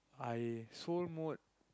I soul mode